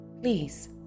please